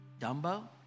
Dumbo